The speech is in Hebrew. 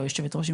ליושבת ראש,